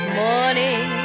morning